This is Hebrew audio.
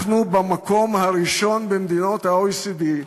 אנחנו במקום הראשון במדינות ה-OECD.